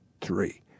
three